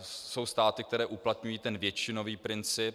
Jsou státy, které uplatňují většinový princip.